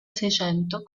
seicento